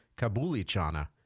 Kabulichana